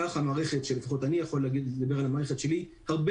כך המערכת הזו לפחות אני יכול לדבר על המערכת שלי היא הרבה